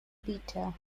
peter